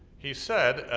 he said,